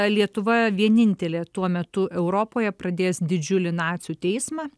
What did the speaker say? lietuva vienintelė tuo metu europoje pradės didžiulį nacių teismą